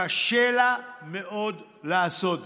קשה לה מאוד לעשות זאת.